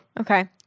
Okay